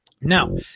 Now